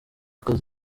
akazi